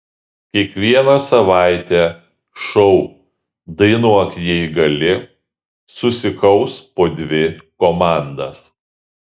kiekvieną savaitę šou dainuok jei gali susikaus po dvi komandas